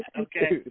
Okay